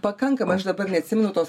pakankamai aš dabar neatsimenu tos